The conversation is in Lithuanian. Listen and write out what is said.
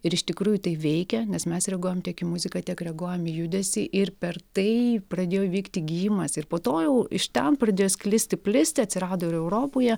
ir iš tikrųjų tai veikia nes mes reaguojam tiek į muziką tiek reaguojam į judesį ir per tai pradėjo vykti gijimas ir po to jau iš ten pradėjo sklisti plisti atsirado ir europoje